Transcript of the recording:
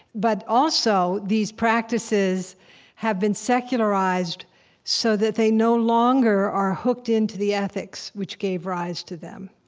but also, these practices have been secularized so that they no longer are hooked into the ethics which gave rise to them.